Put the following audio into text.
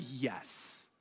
yes